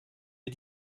wir